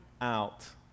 out